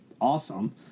awesome